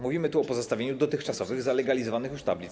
Mówimy tu o pozostawieniu dotychczasowych, zalegalizowanych już, tablic.